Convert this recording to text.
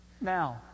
Now